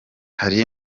hari